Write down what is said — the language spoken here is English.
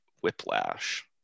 whiplash